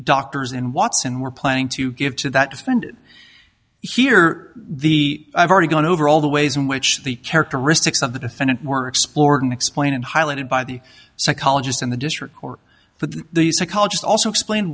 doctors and watson were planning to give to that friend here the i've already gone over all the ways in which the characteristics of the defendant were explored and explain and highlighted by the psychologist in the district court but the psychologist also explain